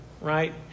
right